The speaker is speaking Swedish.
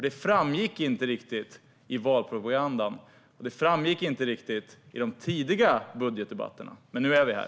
Det framgick nämligen inte riktigt i valpropagandan, och det framgick inte riktigt i de tidiga budgetdebatterna. Men nu är vi här.